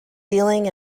dealing